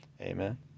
Amen